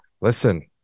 Listen